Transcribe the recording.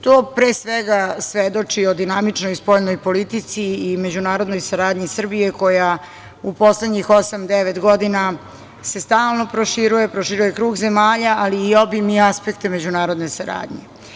To pre svega svedoči o dinamičnoj spoljnoj politici i međunarodnoj saradnji Srbije koja u poslednjih osam, devet godina se stalno proširuje, proširuje krug zemalja, ali i obim i aspekte međunarodne saradnje.